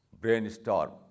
brainstorm